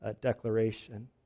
declaration